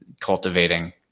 cultivating